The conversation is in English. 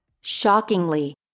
Shockingly